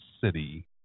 city